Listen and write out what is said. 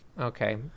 okay